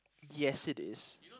yes it is